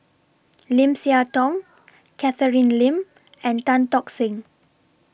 Lim Siah Tong Catherine Lim and Tan Tock Seng